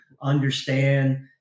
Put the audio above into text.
understand